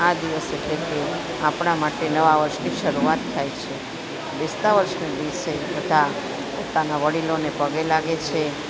આ દિવસે એટલે કે આપણા માટે નવા વર્ષની શરૂઆત થાય છે બેસતા વર્ષના દિવસે બધા પોતાના વડીલોને પગે લાગે છે